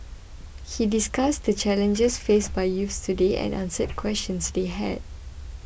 he discussed the challenges faced by youths today and answered questions they had